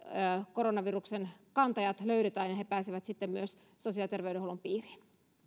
koronaviruksen kantajat löydetään ja myös he pääsevät sosiaali ja terveydenhuollon piiriin